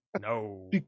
No